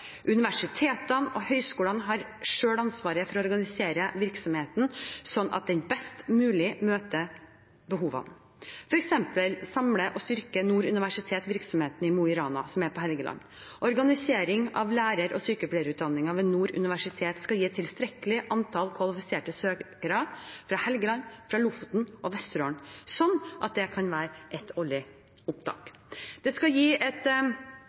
Universitetene og høyskolene har selv ansvar for å organisere virksomheten slik at den best mulig møter behovene. For eksempel samler og styrker Nord universitet virksomheten i Mo i Rana, som er på Helgeland. Organiseringen av lærer- og sykepleierutdanningene ved Nord universitet skal gi et tilstrekkelig antall kvalifiserte søkere fra Helgeland, Lofoten og Vesterålen, slik at at det kan være årlige opptak. Dette skal gi et